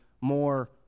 more